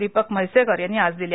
दीपक म्हैसेकर यांनी आज केल्या